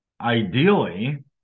Ideally